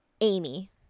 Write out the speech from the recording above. amy